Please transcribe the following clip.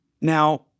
Now